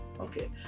okay